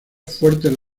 fuertes